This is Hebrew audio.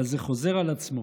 אבל זה חוזר על עצמו.